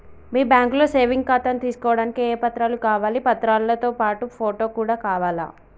మీ బ్యాంకులో సేవింగ్ ఖాతాను తీసుకోవడానికి ఏ ఏ పత్రాలు కావాలి పత్రాలతో పాటు ఫోటో కూడా కావాలా?